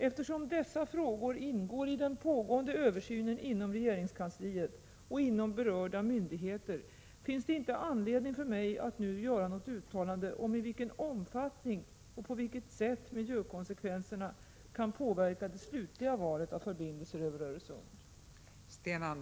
Eftersom dessa frågor ingår i den pågående översynen inom regeringskansliet och inom berörda myndigheter finns det inte anledning för mig att nu göra något uttalande om i vilken omfattning eller på vilket sätt miljökonsekvenserna kan påverka det slutliga valet av förbindelser över Öresund.